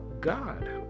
god